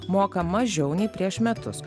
moka mažiau nei prieš metus